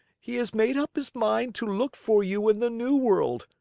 he has made up his mind to look for you in the new world,